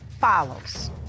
follows